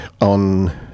on